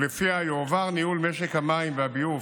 ולפיה יועבר ניהול משק המים והביוב